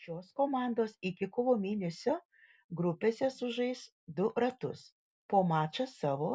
šios komandos iki kovo mėnesio grupėse sužais du ratus po mačą savo